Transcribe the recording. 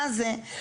מה זה?